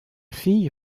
fille